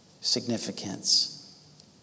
significance